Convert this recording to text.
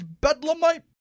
bedlamite